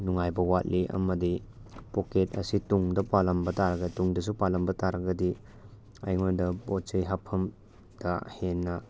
ꯅꯨꯡꯉꯥꯏꯕ ꯋꯥꯠꯂꯤ ꯑꯃꯗꯤ ꯄꯣꯛꯀꯦꯠ ꯑꯁꯤ ꯇꯨꯡꯗ ꯄꯥꯜꯂꯝꯕ ꯇꯨꯡꯗꯁꯨ ꯄꯥꯜꯂꯝꯕ ꯇꯥꯔꯒꯗꯤ ꯑꯩꯉꯣꯟꯗ ꯄꯣꯠ ꯆꯩ ꯍꯥꯞꯐꯝꯗ ꯍꯦꯟꯅ